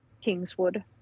Kingswood